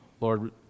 Lord